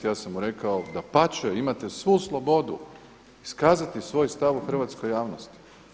Ja sam mu rekao, dapače imate svu slobodu iskazati svoj stav u hrvatskoj javnosti.